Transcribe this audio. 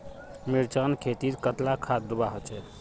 मिर्चान खेतीत कतला खाद दूबा होचे?